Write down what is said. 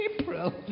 April